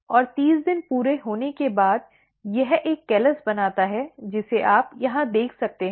और 30 दिन पूरे होने के बाद यह एक कैलस बनाता है जिसे आप यहाँ देख सकते हैं